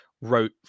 wrote